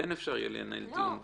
כן אפשר יהיה לנהל דיון.